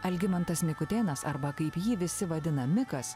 algimantas mikutėnas arba kaip jį visi vadina mikas